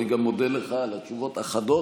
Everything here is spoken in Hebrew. אני גם מודה לך על התשובות החדות,